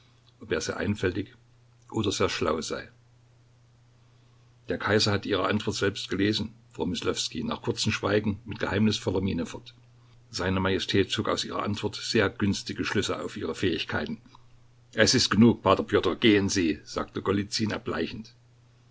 ob er sehr einfältig oder sehr schlau sei der kaiser hat ihre antwort selbst gelesen fuhr myslowskij nach kurzem schweigen mit geheimnisvoller miene fort seine majestät zog aus ihrer antwort sehr günstige schlüsse auf ihre fähigkeiten es ist genug p pjotr gehen sie sagte